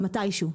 מתישהו,